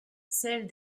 celles